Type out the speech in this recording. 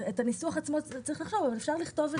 על הניסוח עצמו צריך לחשוב אבל אפשר לכתוב את זה.